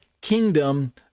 kingdom